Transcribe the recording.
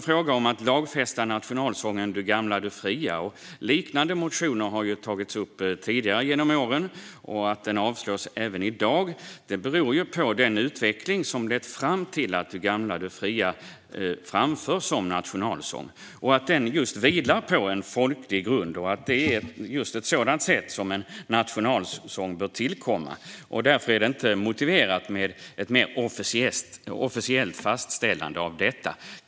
Frågan om att lagfästa nationalsången Du gamla, du fria tas upp i en motion. Det har funnits liknande motioner genom åren. Att motionen avslås även i dag beror på den utveckling som lett fram till att Du gamla, du fria framförs som nationalsång och att den vilar på en folklig grund. Det är just på ett sådant sätt som en nationalsång bör tillkomma. Därför är det inte motiverat med ett mer officiellt fastställande av den.